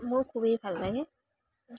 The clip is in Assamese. মোৰ খুবেই ভাল লাগে